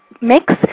mix